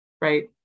right